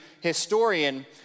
historian